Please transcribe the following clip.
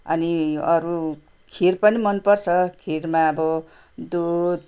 अनि अरू खिर पनि मनपर्छ खिरमा अब दुध